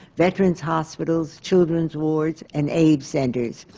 veterans' hospitals, children's wards and aids centers,